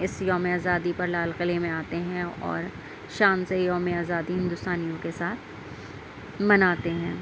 اِس یومِ آزادی پر لال قلعے میں آتے ہیں اور شان سے یومِ آزادی ہندوستانیوں کے ساتھ مناتے ہیں